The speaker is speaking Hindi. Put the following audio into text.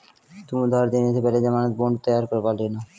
तुम उधार देने से पहले ज़मानत बॉन्ड तैयार करवा लेना